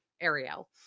Ariel